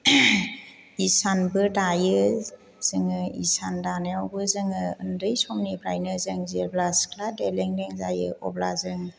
इसानबो दायो जोङो इसान दानायावबो जोङो उन्दै समनिफ्रायनो जों जेब्ला सिख्ला दैलेंलें जायो अब्ला जों